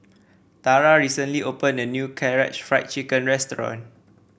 Tara recently opened a new Karaage Fried Chicken Restaurant